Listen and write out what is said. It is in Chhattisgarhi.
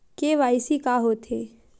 के.वाई.सी का होथे?